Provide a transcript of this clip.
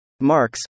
Marx